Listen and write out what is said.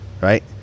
right